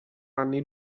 anni